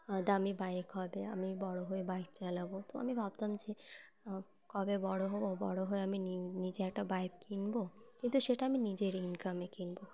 দামি বাইক হবে আমি বড়ো হয়ে বাইক চালাবো তো আমি ভাবতাম যে কবে বড়ো হবো বড়ো হয়ে আমি নি নিজে একটা বাইক কিনব কিন্তু সেটা আমি নিজের ইনকামে কিনবো